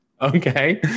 okay